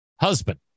husband